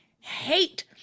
hate